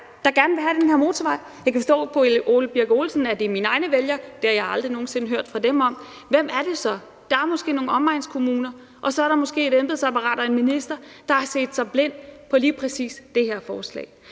der gerne vil have den her motorvej. Jeg kan forstå på hr. Ole Birk Olesen, at det er mine egne vælgere, men det har jeg aldrig nogen sinde hørt fra dem om. Hvem er det så? Der er måske nogle omegnskommuner, og så er der måske et embedsapparat og en minister, der har set sig blind på lige præcis det her forslag.